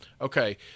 Okay